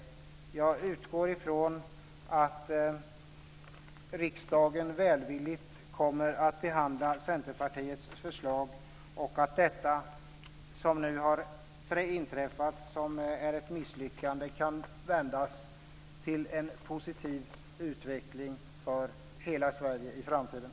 Jag utgår ifrån att riksdagen välvilligt kommer att behandla Centerpartiets förslag och att det som nu har inträffat, som är ett misslyckande, kan vändas till en positiv utveckling för hela Sverige i framtiden.